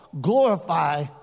glorify